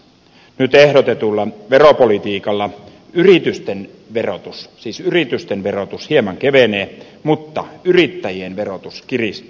nyt ehdotetulla veropolitiikalla yritysten verotus siis yritysten verotus hieman kevenee mutta yrittäjien verotus kiristyy